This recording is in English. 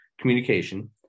communication